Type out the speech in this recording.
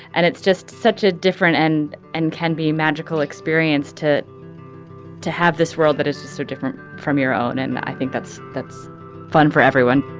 and it's just such a different end and and can be a magical experience to to have this world that is so different from your own and i think that's that's fun for everyone